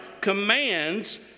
commands